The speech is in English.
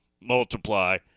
multiply